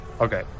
Okay